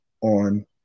on